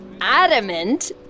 adamant